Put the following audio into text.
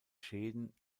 schäden